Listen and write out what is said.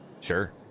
Sure